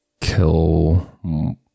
Kill